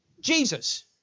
Jesus